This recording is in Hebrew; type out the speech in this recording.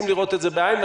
בעין.